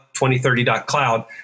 2030.cloud